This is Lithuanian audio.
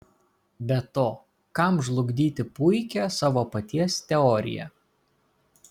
be to kam žlugdyti puikią savo paties teoriją